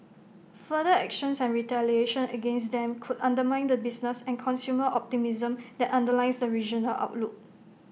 further actions and retaliation against them could undermine the business and consumer optimism that underlies the regional outlook